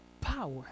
power